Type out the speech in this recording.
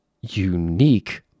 unique